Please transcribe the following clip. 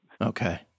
Okay